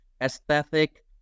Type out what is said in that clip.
aesthetic